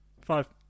Five